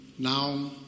Now